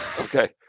Okay